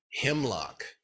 Hemlock